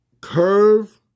curve